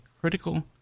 critical